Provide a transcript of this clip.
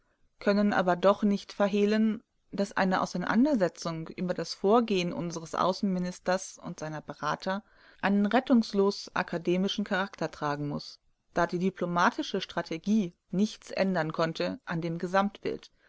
können aber doch nicht verhehlen daß eine auseinandersetzung über das vorgehen unseres außenministers und seiner berater einen rettungslos akademischen charakter tragen muß da die diplomatische strategie nichts ändern konnte an dem gesamtbild